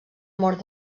mort